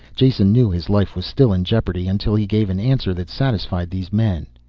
jason knew his life was still in jeopardy, until he gave an answer that satisfied these men.